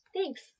Thanks